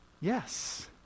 yes